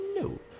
No